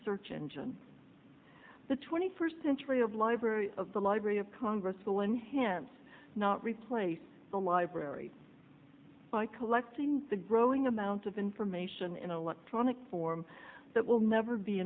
search engine the twenty first century of library of the library of congress will enhance not replace the library by collecting the growing amount of information in electronic form that will never be